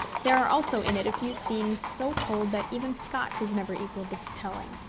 there are also in it a few scenes so told that even scott has never equalled the telling.